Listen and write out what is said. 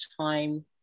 time